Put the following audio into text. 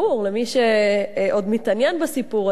למי שעוד מתעניין בסיפור הזה,